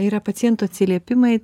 yra pacientų atsiliepimai